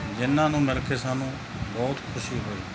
ਜਿਹਨਾਂ ਨੂੰ ਮਿਲ ਕੇ ਸਾਨੂੰ ਬਹੁਤ ਖੁਸ਼ੀ ਹੋਈ